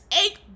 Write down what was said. eight